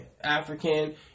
African